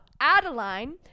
Adeline